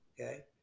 okay